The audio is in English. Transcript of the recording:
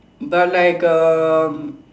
but like um